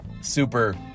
super